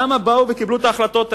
למה באו וקיבלו את ההחלטות האלה?